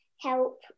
help